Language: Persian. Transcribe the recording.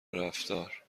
رفتار